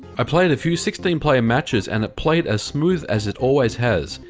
i played a few sixteen player matches, and it played as smooth as it always has.